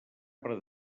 per